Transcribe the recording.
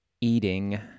eating